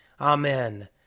Amen